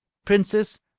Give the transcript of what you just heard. princess,